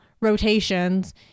rotations